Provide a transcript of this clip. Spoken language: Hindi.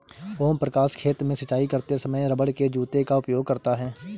ओम प्रकाश खेत में सिंचाई करते समय रबड़ के जूते का उपयोग करता है